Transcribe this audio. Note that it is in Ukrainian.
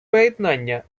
поєднання